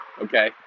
okay